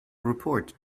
report